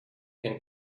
can